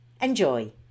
Enjoy